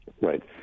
Right